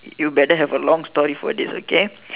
you better have a long story for this okay